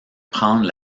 prendre